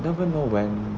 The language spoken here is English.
don't even know when